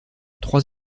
trois